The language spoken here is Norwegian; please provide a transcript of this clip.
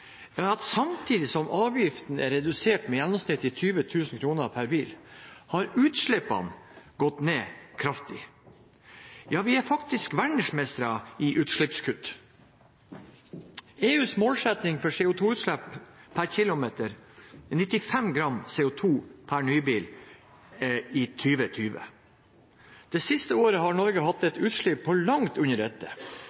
er at samtidig som avgiftene er redusert med gjennomsnittlig 20 000 kr per bil, har utslippene gått kraftig ned. Ja, vi er faktisk verdensmestre i utslippskutt. EUs målsetting for CO 2 -utslipp per km er 95 g CO 2 per nybil i 2020. Det siste året har Norge hatt